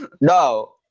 no